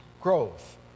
growth